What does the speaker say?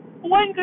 One